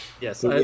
Yes